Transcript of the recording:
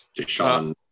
Deshaun